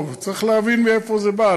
טוב, צריך להבין מאיפה זה בא.